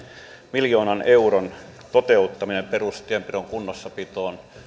miljoonan euron toteuttaminen perustienpidon kunnossapitoon